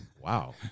wow